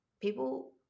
people